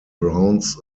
browns